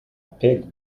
pig